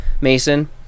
mason